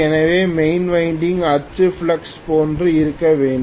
எனவே main winding அச்சு flux போன்று இருக்க வேண்டும்